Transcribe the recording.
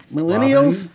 Millennials